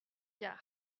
quart